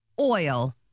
Oil